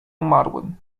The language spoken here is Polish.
umarłym